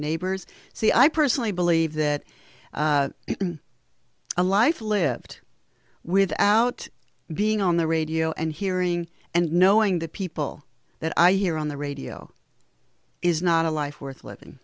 neighbors say i personally believe that a life lived without being on the radio and hearing and knowing the people that i hear on the radio is not a life worth living